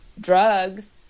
drugs